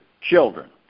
children